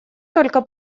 только